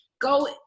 go